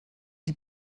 die